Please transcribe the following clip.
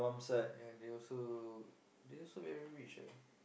ya they also they also very rich ah